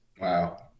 Wow